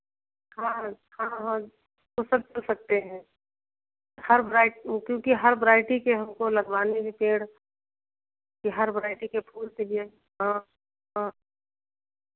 हाँ हाँ वो सब हो सकते हैं हर वरायटी क्योंकि हर वरायटी के हमको लगवाने हैं पेड़ कि हर वरायटी के फूल के लिए हाँ हाँ